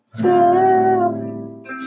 tell